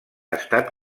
estat